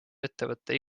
ettevõtte